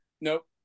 Nope